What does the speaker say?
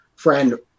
friend